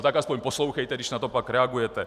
Tak aspoň poslouchejte, když na to pak reagujete!